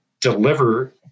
deliver